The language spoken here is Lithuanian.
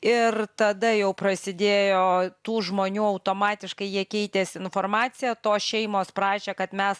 ir tada jau prasidėjo tų žmonių automatiškai jie keitėsi informacija tos šeimos prašė kad mes